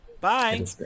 bye